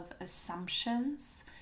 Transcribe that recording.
assumptions